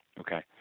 Okay